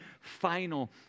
final